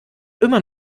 immer